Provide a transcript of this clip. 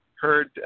Heard